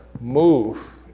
move